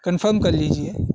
confirm کر لیجیے